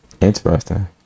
interesting